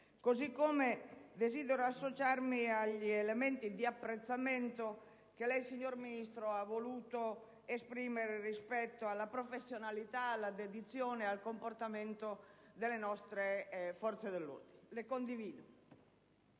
Desidero anche associarmi alle parole di apprezzamento che lei, signor Ministro, ha voluto esprimere rispetto alla professionalità, alla dedizione e al comportamento delle nostre Forze armate: le condivido.